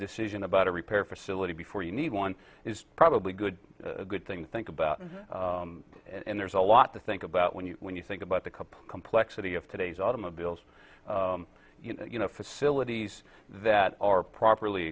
decision about a repair facility before you need one is probably good a good thing think about it and there's a lot to think about when you when you think about the cup complexity of today's automobiles you know facilities that are properly